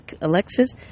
Alexis